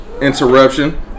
interruption